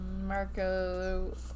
Marco